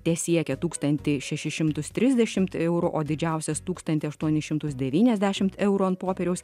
tesiekė tūkstantį šešis šimtus trisdešimt eurų o didžiausias tūkstantį aštuonis šimtus devyniasdešimt eurų ant popieriaus